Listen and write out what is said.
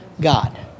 God